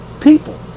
people